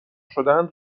شدهاند